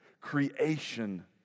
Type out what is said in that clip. creation